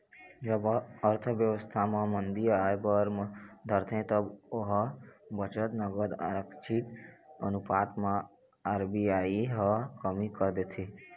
जब अर्थबेवस्था म मंदी आय बर धरथे तब ओ बखत नगद आरक्छित अनुपात म आर.बी.आई ह कमी कर देथे